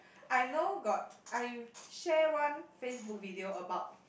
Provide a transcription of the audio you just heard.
I know got I share one Facebook video about